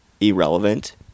irrelevant